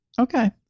Okay